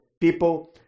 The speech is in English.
people